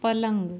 पलंग